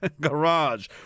Garage